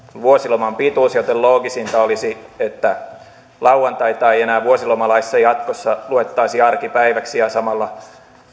vuosiloman pituus joten loogisinta olisi että lauantaita ei ei enää vuosilomalaissa jatkossa luettaisi arkipäiväksi ja samalla